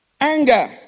Anger